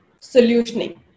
solutioning